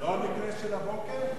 לא המקרה של הבוקר?